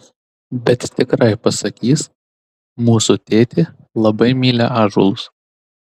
bet tikrai pasakys mūsų tėtė labai myli ąžuolus